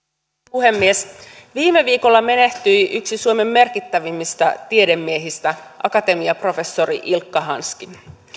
puhemies viime viikolla menehtyi yksi suomen merkittävimmistä tiedemiehistä akatemiaprofessori ilkka hanski